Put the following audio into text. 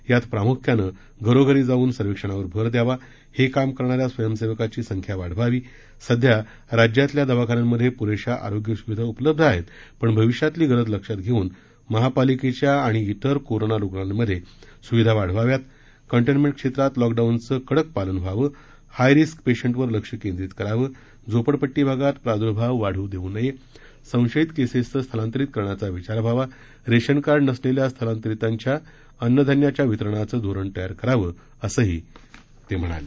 यात प्रामुख्यानं घरोघरी जाऊन सर्वेक्षणावर भर द्यावा हे काम करणाऱ्या स्वंयसेवकांची संख्या वाढवावी सध्या राज्यातल्या दवाखान्यांमध्ये पुरेशा आरोग्य सुविधा उपलब्ध आहेत पण भविष्यातली गरज लक्षात घेऊन महापालिकेच्या आणि इतर कोरोना रुग्णालयांमधे सुविधा वाढवाव्या कंटेन्मेंट क्षेत्रात लॉकडाऊनचं कडक पालन व्हावं हायरिस्क पेशंटवर लक्ष केंद्रीत करावं झोपडपट्टी भागात प्रादूर्भाव वाढू देऊ नये संशयित केसेसचे स्थलांतरित करण्याचा विचार व्हावा रेशनकार्ड नसलेल्या स्थलांतरितांच्या अन्नधान्याच्या वितरणाचे धोरण तयार करावे असंही ते म्हणाले